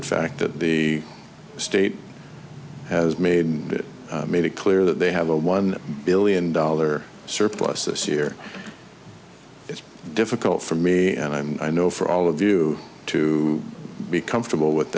fact that the state has made and made it clear that they have a one billion dollar surplus this year it's difficult for me and i'm i know for all of you to be comfortable with